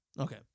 Okay